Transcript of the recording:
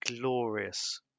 glorious